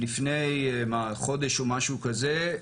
לפני חודש או משהו כזה,